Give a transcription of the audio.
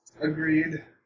Agreed